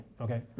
okay